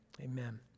Amen